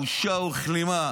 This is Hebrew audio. בושה וכלימה.